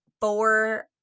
four